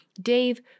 Dave